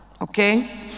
okay